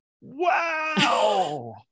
wow